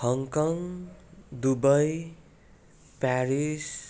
Hong Kong Dubai Paris